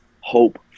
hope